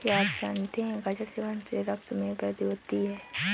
क्या आप जानते है गाजर सेवन से रक्त में वृद्धि होती है?